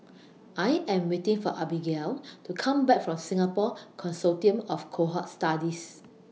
I Am waiting For Abigayle to Come Back from Singapore Consortium of Cohort Studies